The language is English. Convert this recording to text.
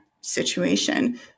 situation